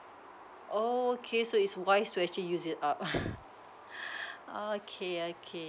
okay so it's wise to actually use it up okay okay